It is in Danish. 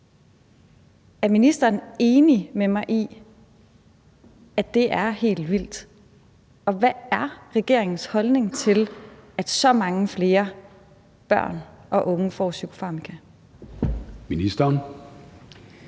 Er ministeren enig med mig i, at det er helt vildt, og hvad er regeringens holdning til, at så mange flere børn og unge får psykofarmaka? Kl.